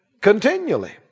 Continually